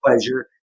pleasure